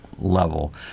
level